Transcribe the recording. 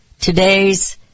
Today's